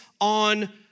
on